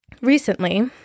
Recently